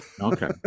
Okay